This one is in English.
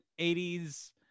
80s